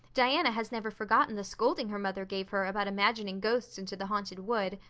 diana has never forgotten the scolding her mother gave her about imagining ghosts into the haunted wood.